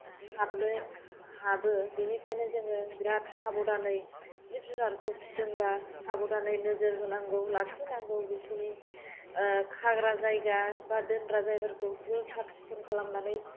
थाबनो हाबो बेनिखायनो जोङो बिराद साबधानै जिब जुनारखौ फिसिदोंबा साबधानै नोजोर होनांगौ लाखिनांगौ बिसोरनि खाग्रा जायगा बा दोनग्रा जायफोरखौबो साब सिखोन खालामनानै